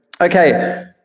Okay